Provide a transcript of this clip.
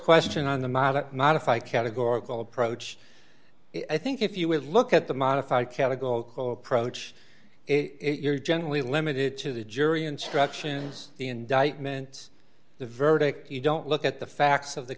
question on the matter modify categorical approach i think if you would look at the modified categorical approach it you're generally limited to the jury instructions the indictment the verdict you don't look at the facts of the